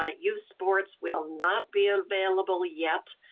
ah youth sports will not be available yet.